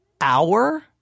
hour